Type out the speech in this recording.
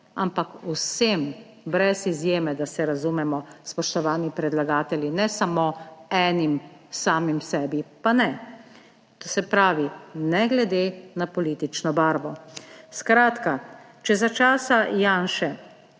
ampak vsem, brez izjeme, da se razumemo, spoštovani predlagatelji, ne samo enim, samim sebi pa ne, to se pravi, ne glede na politično barvo. Skratka, če za časa Janševe